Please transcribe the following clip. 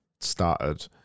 started